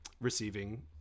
receiving